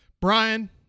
Brian